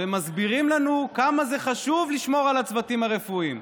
ומסבירים לנו כמה זה חשוב לשמור על הצוותים הרפואיים.